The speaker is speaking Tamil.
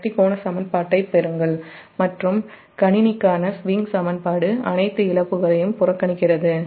சக்தி கோண சமன்பாட்டைப் பெறுங்கள் மற்றும் கணினிக்கான ஸ்விங் சமன்பாடு அனைத்து இழப்புகளையும் புறக்கணிக்கிறது